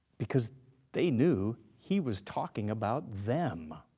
because they knew he was talking about them.